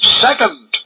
Second